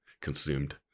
consumed